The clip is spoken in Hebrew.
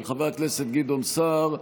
של חבר הכנסת גדעון סער,